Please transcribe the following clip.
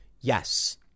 Yes